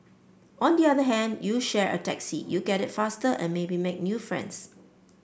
on the other hand you share a taxi you get it faster and maybe make new friends